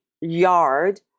yard